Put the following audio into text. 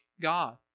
God